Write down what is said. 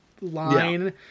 line